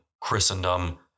Christendom